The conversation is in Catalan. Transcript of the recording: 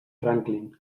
franklin